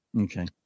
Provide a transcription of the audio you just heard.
Okay